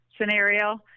scenario